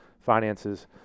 finances